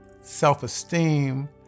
self-esteem